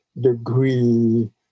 degree